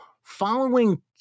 following